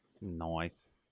nice